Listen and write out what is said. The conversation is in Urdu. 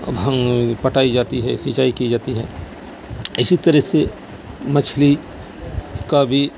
پٹائی جاتی ہے سینچائی کی جاتی ہے اسی طرح سے مچھلی کا بھی